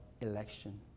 election